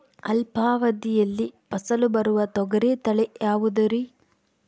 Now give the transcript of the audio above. ಅಲ್ಪಾವಧಿಯಲ್ಲಿ ಫಸಲು ಬರುವ ತೊಗರಿ ತಳಿ ಯಾವುದುರಿ?